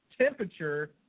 temperature